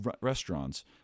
restaurants